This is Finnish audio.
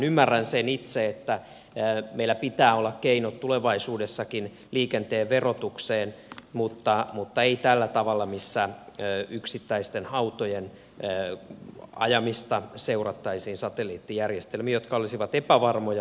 ymmärrän itse että meillä pitää olla keinot tulevaisuudessakin liikenteen verotukseen mutta ei tällä tavalla missä yksittäisten autojen ajamista seurattaisiin satelliittijärjestelmin jotka olisivat epävarmoja ja lisäksi kalliita